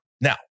now